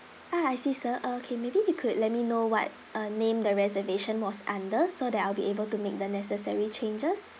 ah I see sir okay maybe you could let me know what uh name the reservation was under so that I'll be able to make the necessary changes